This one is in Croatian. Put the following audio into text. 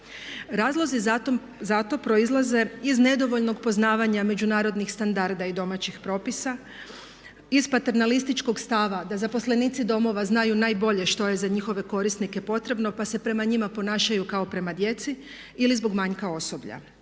Razlozi za to proizlaze iz nedovoljnog poznavanja međunarodnih standarda i domaćih propisa, iz paternalističkog stava da zaposlenici domova znaju najbolje što je za njihove korisnike potrebno, pa se prema njima ponašaju kao prema djeci ili zbog manjka osoblja.